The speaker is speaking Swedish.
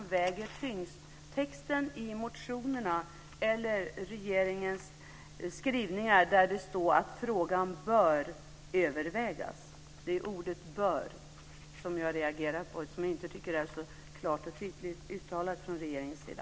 Herr talman! Till Marina Pettersson vill jag svara så här: Det återstår att se vad som väger tyngst, texten i motionerna eller regeringens skrivningar, där det står att frågan bör övervägas. Det är ordet bör som jag reagerar på och som jag tycker inte är så klart och tydligt från regeringens sida.